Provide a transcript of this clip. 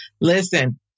Listen